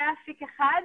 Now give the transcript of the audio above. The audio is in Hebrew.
זה אפיק אחד,